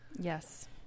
Yes